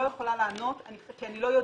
אני לא יכולה לענות כי אני לא יודעת.